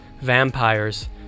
vampires